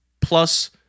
plus